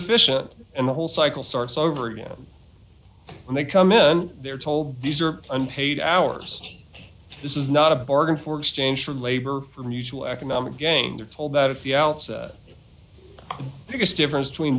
efficient and the whole cycle starts over again and they come in they're told these are unpaid hours this is not a bargain for exchange for labor or mutual economic gain they're told that at the outset biggest difference between